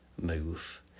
move